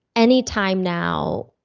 any time now,